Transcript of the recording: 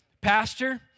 Pastor